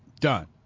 done